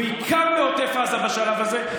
ובעיקר על עוטף עזה בשלב הזה.